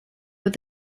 were